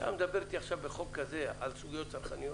ואז, יוצא מצב שגברת כהן חיכתה חצי יום.